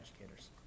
educators